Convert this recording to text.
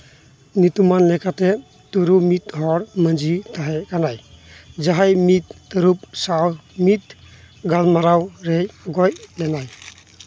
ᱧᱩᱛᱩᱢᱟᱱ ᱞᱮᱠᱟᱛᱮ ᱛᱚᱨᱩ ᱢᱤᱫᱦᱚᱲ ᱢᱟᱹᱡᱷᱤ ᱛᱟᱦᱮᱸ ᱠᱟᱱᱟᱭ ᱡᱟᱦᱟᱸᱭ ᱢᱤᱫ ᱛᱟᱹᱨᱩᱵ ᱥᱟᱶ ᱢᱤᱫ ᱜᱟᱞᱢᱟᱨᱟᱣ ᱨᱮᱭ ᱜᱚᱡ ᱞᱮᱱᱟᱭ